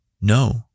No